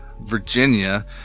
Virginia